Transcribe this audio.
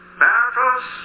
battles